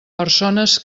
persones